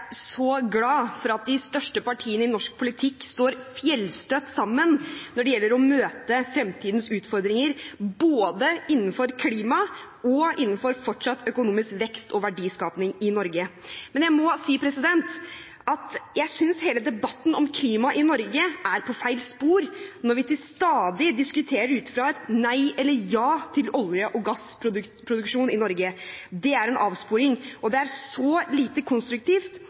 så glad for at de største partiene i norsk politikk står fjellstøtt sammen når det gjelder å møte fremtidens utfordringer både innenfor klima og innenfor fortsatt økonomisk vekst og verdiskaping i Norge. Jeg må si at jeg synes hele debatten om klima i Norge er på feil spor når vi stadig diskuterer ut fra et nei eller ja til olje- og gassproduksjon i Norge. Det er en avsporing. Det er så lite konstruktivt,